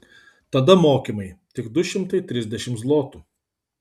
tada mokymai tik du šimtai trisdešimt zlotų